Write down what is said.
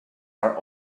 are